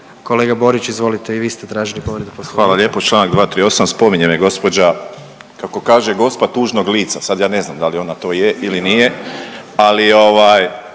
**Borić, Josip (HDZ)** Hvala lijepo. Članak 238., spominje me gospođa, kako kaže gospa tužnog lica, sad ja ne znam da li ona to je ili nije, ali